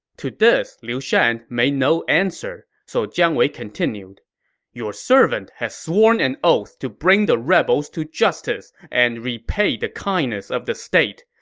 to this, liu shan made no answer, so jiang wei continued your servant has sworn an oath to bring the rebels to justice and repay the kindness of the state.